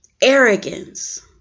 arrogance